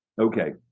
Okay